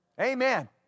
Amen